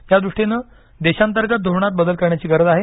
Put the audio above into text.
या दृष्टीने देशांतर्गत धोरणात बदल करण्याची गरज आहे